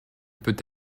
peut